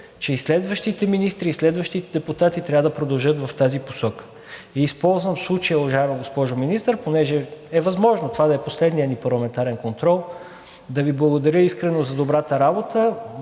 че и следващите министри, и следващите депутати трябва да продължат в тази посока. Използвам случая, уважаема госпожо Министър, понеже е възможно това да е последният ни парламентарен контрол, да Ви благодаря искрено за добрата работа.